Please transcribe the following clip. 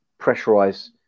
pressurize